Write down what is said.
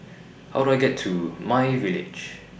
How Do I get to MyVillage